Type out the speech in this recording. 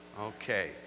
Okay